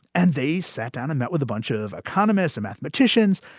and they sat down and met with a bunch of economists, mathematicians,